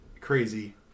crazy